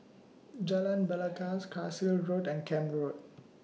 Jalan Belangkas Carlisle Road and Camp Road